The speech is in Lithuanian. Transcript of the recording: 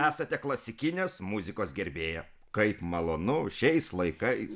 esate klasikinės muzikos gerbėja kaip malonu šiais laikais